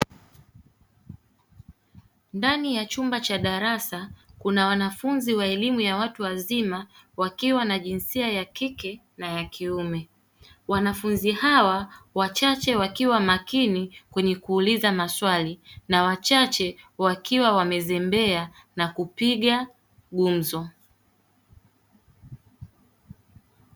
Ndani ya chumba cha darasa kuna wanafunzi wa elimu ya watu wazima wakiwa na jinsia ya kike na ya kiume wanafunzi hawa wachache wakiwa makini kwenye kuuliza maswali na wachache wakiwa wamezembea na kupiga gumzo.